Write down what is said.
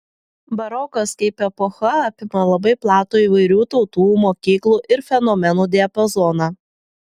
barokas kaip epocha apima labai platų įvairių tautų mokyklų ir fenomenų diapazoną